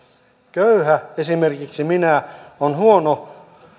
köyhä esimerkiksi minä on huono